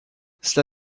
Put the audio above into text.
cela